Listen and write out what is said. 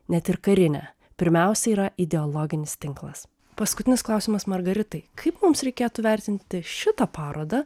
net ir karinė pirmiausia yra ideologinis tinklas paskutinis klausimas margaritai kaip mums reikėtų vertinti šitą parodą